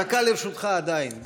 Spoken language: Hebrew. דקה לרשותך עדיין.